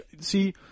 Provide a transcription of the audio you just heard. See